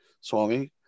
Swami